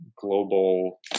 global